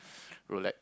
Rolex